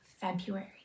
February